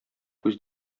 күз